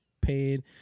paid